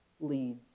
leads